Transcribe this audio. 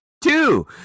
two